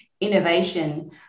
innovation